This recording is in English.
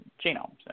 genome